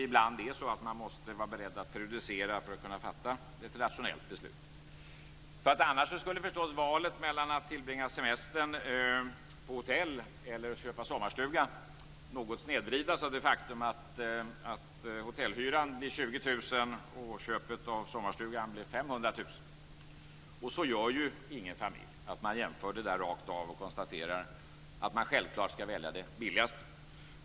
Ibland måste man vara beredd att periodisera för att kunna fatta ett rationellt beslut. Annars skulle förstås valet mellan att tillbringa semestern på hotell eller att köpa sommarstuga något snedvridas av det faktum att hotellhyran blir 20 000 kr och kostnaden i samband med köpet av sommarstugan blir 500 000 kr. Ingen familj jämför ju rakt av för att sedan konstatera att man självklart ska välja det billigaste.